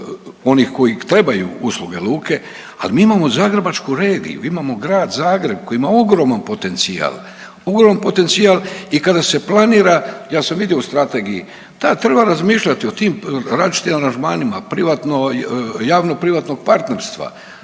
onih koji trebaju usluge luke, ali mi imamo zagrebačku regiju, imamo Grad Zagreb koji ima ogroman potencijal, ogroman potencijal i kada se planira, ja sam vidio u Strategiji, tad treba razmišljati o tim različitim angažmanima, privatno, javno-privatnog partnerstva,